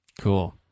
cool